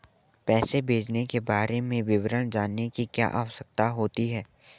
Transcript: पैसे भेजने के बारे में विवरण जानने की क्या आवश्यकता होती है?